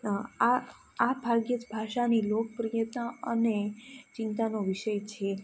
આ આ ભાગ્યે જ ભાષાની લોકપ્રિયતા અને ચિંતાનો વિષય છે